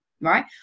right